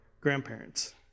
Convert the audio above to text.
grandparents